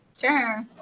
Sure